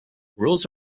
rules